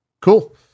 Cool